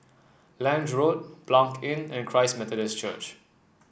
Lange Road Blanc Inn and Christ Methodist Church